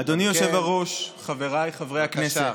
אדוני היושב-ראש, חבריי חברי הכנסת,